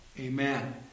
Amen